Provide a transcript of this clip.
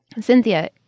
Cynthia